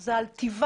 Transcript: זה על טיבה,